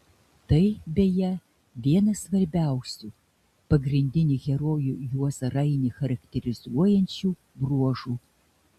tai beje vienas svarbiausių pagrindinį herojų juozą rainį charakterizuojančių bruožų